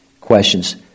questions